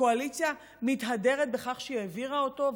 הקואליציה מתהדרת בכך שהיא העבירה אותו,